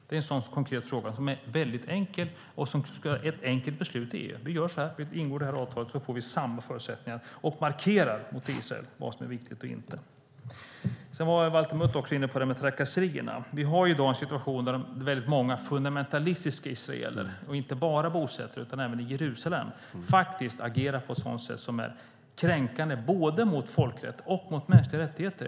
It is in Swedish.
Det är en sådan konkret fråga som är väldigt enkel och som vore ett enkelt beslut i EU: Vi gör så här. Vi ingår detta avtal, så får vi samma förutsättningar och markerar mot Israel vad som är viktigt och inte. Sedan var Valter Mutt inne på trakasserierna. Vi har i dag en situation då väldigt många fundamentalistiska israeler, inte bara bosättare utan även i Jerusalem, faktiskt agerar på ett sätt som är kränkande både mot folkrätt och mot mänskliga rättigheter.